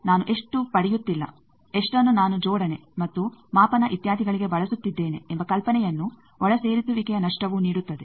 ಆದ್ದರಿಂದ ನಾನು ಎಷ್ಟು ಪಡೆಯುತ್ತಿಲ್ಲ ಎಷ್ಟನ್ನು ನಾನು ಜೋಡಣೆ ಮತ್ತು ಮಾಪನ ಇತ್ಯಾದಿಗಳಿಗೆ ಬಳಸುತ್ತಿದ್ದೇನೆ ಎಂಬ ಕಲ್ಪನೆಯನ್ನು ಒಳಸೇರಿಸುವಿಕೆಯ ನಷ್ಟವೂ ನೀಡುತ್ತದೆ